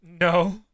No